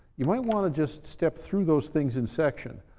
you might want to just step through those things in section.